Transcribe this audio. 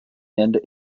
end